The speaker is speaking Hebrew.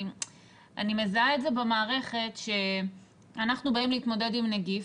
אני מזהה את זה במערכת שאנחנו באים להתמודד עם נגיף.